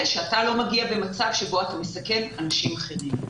שאתה לא מגיע במצב שבו אתה מסכן אנשים אחרים.